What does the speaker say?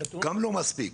גם לא מספיק